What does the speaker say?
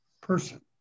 person